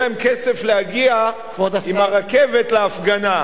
אין להם כסף להגיע ברכבת להפגנה,